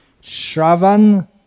Shravan